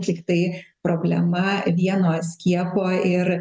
tiktai problema vieno skiepo ir